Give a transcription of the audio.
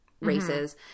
races